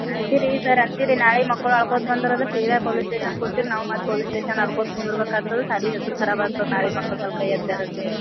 ಅಂತೀರಿ ಸರ್ ಅಂತೀರಿ ನಾಳೆ ಮಕ್ಕಳು ಅಳ್ಕೊತಾ ಬಂದ್ರು ಅಂದ್ರೆ ಸೀದಾ ಪೊಲೀಸ್ ಸ್ಟೇಷನ್ ಕೂತಿರು ನಾವು ಮತ್ತು ಪೊಲೀಸ್ ಸ್ಟೇಷನ್ ಅಳ್ಕೋತಾ ಕುಂದ್ರ್ಬೇಕಾಗ್ತದೆ ಸಾಲೆ ಹೆಸ್ರು ಖರಾಬ್ ಆಗ್ತದೆ ನಾಳೆ ಮಕ್ಳ ಮೇಲೆ ಕೈ ಎತ್ತಾರೆ ಅಂತೇಳಿ